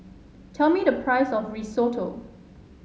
tell me the price of Risotto